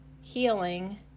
Healing